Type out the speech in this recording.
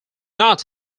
not